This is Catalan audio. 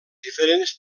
diferents